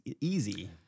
easy